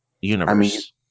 universe